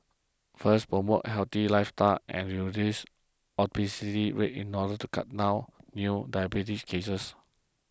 first promote a healthy lifestyle and reduce obesity rates in order to cut down on new diabetes cases